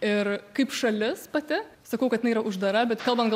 ir kaip šalis pati sakau kad jinai yra uždara bet kalbant gal